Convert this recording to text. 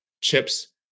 chips